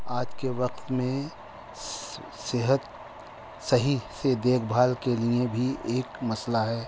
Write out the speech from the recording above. آج کے وقت میں صحت صحیح سے دیکھ بھال کے لیے بھی ایک مسئلہ ہے